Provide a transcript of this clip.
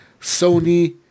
Sony